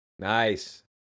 Nice